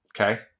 okay